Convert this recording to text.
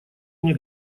мне